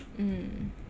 mm